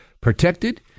protected